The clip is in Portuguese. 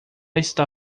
está